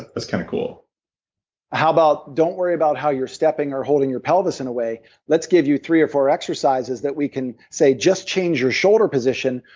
that's kind of cool how about, don't worry about how you're stepping or holding your pelvis in a way let's give you three or four exercises that we can say, just change your shoulder position,